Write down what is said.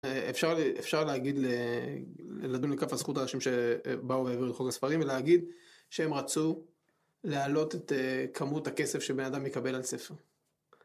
אפשר אפשר להגיד, לדון לכף הזכות האנשים שבאו והעבירו את חוק הספרים, ולהגיד שהם רצו להעלות את כמות הכסף שבן אדם יקבל על ספר.